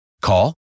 Call